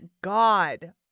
God